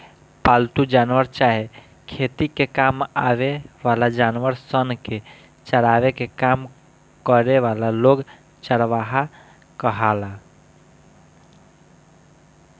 पालतू जानवर चाहे खेती में काम आवे वाला जानवर सन के चरावे के काम करे वाला लोग चरवाह कहाला